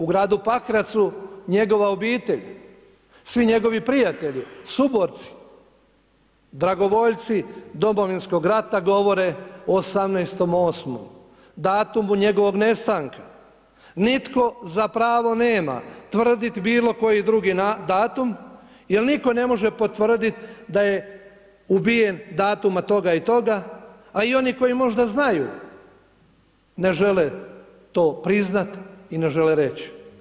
U gradu Pakracu njegova obitelj, svi njegovi prijatelji, suborci, dragovoljci Domovinskog rata govore o 18.8. datumu njegovog nestanka, nitko zapravo nema tvrdit bilo koji drugi datum jer nitko ne može potvrdit da je ubijen datuma toga i toga, a i oni koji možda znaju, ne žele to priznat i ne žele reć.